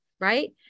right